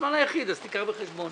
אני מקשיב לך תמיד.